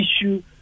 issue